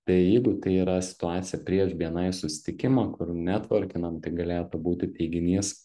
tai jeigu tai yra situacija prieš bni susitikimą kur neatvorkinam tai galėtų būti teiginys